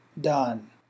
done